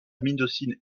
médecine